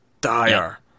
dire